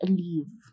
leave